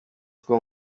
two